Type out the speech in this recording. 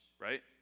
right